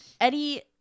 Eddie